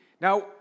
now